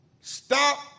Stop